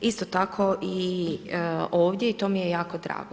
Isto tako i ovdje i to mi je jako drago.